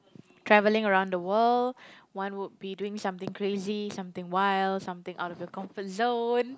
travelling around the world one would be doing something crazy something wild something out of your comfort zone